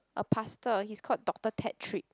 a pastor he is called doctor Tetrick